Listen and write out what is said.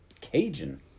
Cajun